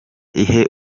ihe